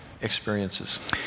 experiences